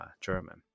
German